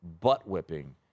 butt-whipping